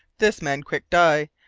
this man quick die.